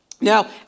Now